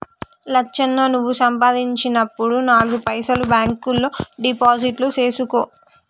లచ్చన్న నువ్వు సంపాదించినప్పుడు నాలుగు పైసలు బాంక్ లో డిపాజిట్లు సేసుకో